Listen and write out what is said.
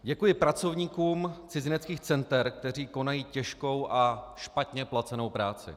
Děkuji pracovníkům cizineckých center, kteří konají těžkou a špatně placenou práci.